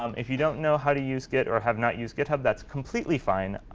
um if you don't know how to use git or have not used github, that's completely fine.